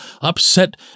upset